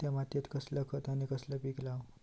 त्या मात्येत कसला खत आणि कसला पीक लाव?